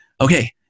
Okay